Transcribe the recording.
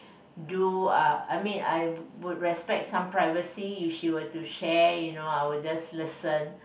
do uh I mean I would respect some privacy if she were to share you know I would just listen